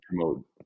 promote